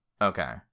Okay